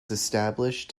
established